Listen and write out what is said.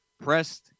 pressed